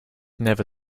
never